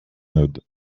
mode